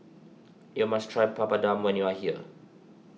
you must try Papadum when you are here